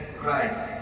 christ